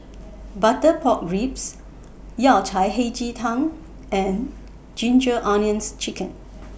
Butter Pork Ribs Yao Cai Hei Ji Tang and Ginger Onions Chicken